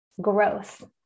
growth